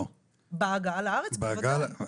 בהגעה לארץ בוודאי.